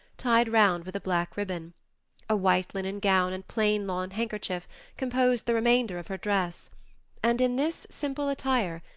tied round with a black ribbon a white linen gown and plain lawn handkerchief composed the remainder of her dress and in this simple attire,